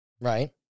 Right